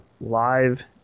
live